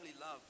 love